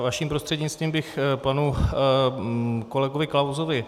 Vaším prostřednictvím bych k panu kolegovi Klausovi.